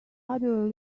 rather